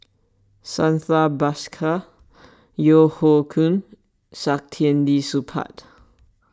Santha Bhaskar Yeo Hoe Koon Saktiandi Supaat